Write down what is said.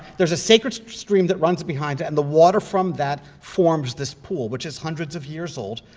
there's a sacred stream that runs behind it, and the water from that forms this pool, which is hundreds of years old,